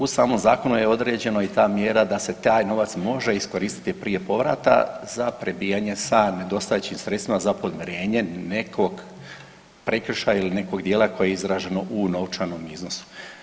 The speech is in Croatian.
U samom zakonu je određeno i ta mjera da se taj novac može iskoristiti prije povrata za prebijanje … [[ne razumije se]] sredstvima za podmirenje nekog prekršaja ili nekog djela koje je izraženo u novčanom iznosu.